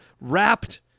wrapped